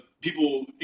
people